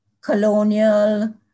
Colonial